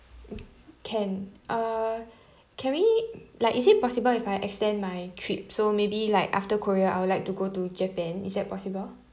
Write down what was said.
can uh can we like is it possible if I extend my trip so maybe like after korea I would like to go to japan is that possible